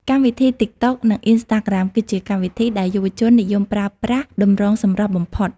កម្មវិធីតីកតុក និង អុីនស្តាក្រាម គឺជាកម្មវិធីដែលយុវជននិយមប្រើប្រាស់តម្រងសម្រស់បំផុត។